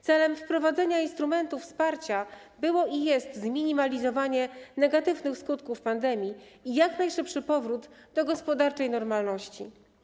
Celem wprowadzenia instrumentów wsparcia było i jest zminimalizowanie negatywnych skutków pandemii i jak najszybszy powrót do gospodarczej normalności.